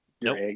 Nope